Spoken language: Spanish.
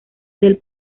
del